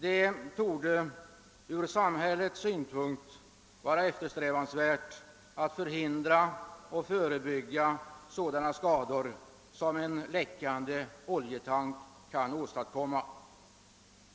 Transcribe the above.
Det torde från samhällets synpunkt vara eftersträvansvärt att förhindra och förebygga sådana skador som en läckande oljetank kan åstadkomma.